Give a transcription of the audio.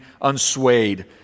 unswayed